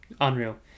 Unreal